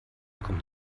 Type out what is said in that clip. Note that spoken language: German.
kommt